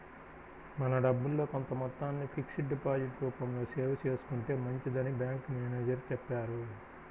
మన డబ్బుల్లో కొంత మొత్తాన్ని ఫిక్స్డ్ డిపాజిట్ రూపంలో సేవ్ చేసుకుంటే మంచిదని బ్యాంకు మేనేజరు చెప్పారు